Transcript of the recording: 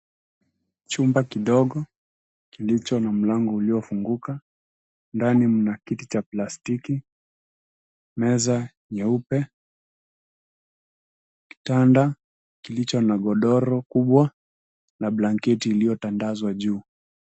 Chumba kidogo kilicho na mlango uliofunguka, ndani mna kiti ya plastiki, meza nyeupe, kitanda kilicho na godoro kubwa na blanketi iliyotandazwa juu.